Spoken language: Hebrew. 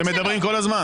אני אענה לך ול --- לא,